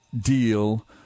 deal